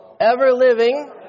ever-living